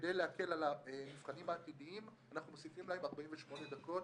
וכדי להקל על הנבחנים העתידיים אנחנו מוסיפים להם 48 דקות